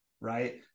right